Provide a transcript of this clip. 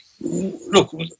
look